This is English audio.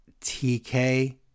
TK